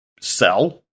sell